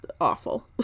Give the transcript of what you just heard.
awful